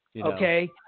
Okay